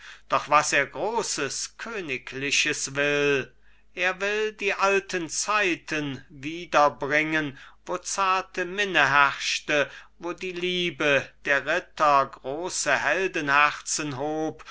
doch was er großes königliches will er will die alten zeiten wiederbringen wo zarte minne herrschte wo die liebe der ritter große heldenherzen hob